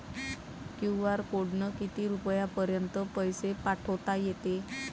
QR कोडनं किती रुपयापर्यंत पैसे पाठोता येते?